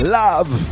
love